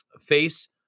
face